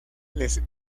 les